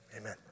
Amen